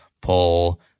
pull